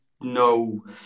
no